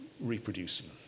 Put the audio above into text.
reproducing